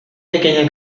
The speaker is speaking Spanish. pequeña